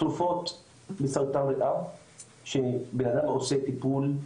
- תרופות לסרטן הריאה שבן אדם עושה טיפול,